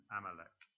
Amalek